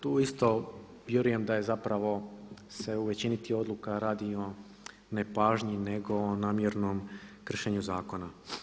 Tu isto vjerujem da je zapravo se u većini tih odluka radi o nepažnji, nego o namjernom kršenju zakona.